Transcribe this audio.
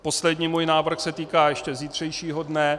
Poslední můj návrh se týká ještě zítřejšího dne.